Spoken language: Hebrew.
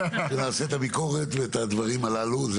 נעשה את הביקורת ואת הדברים הללו,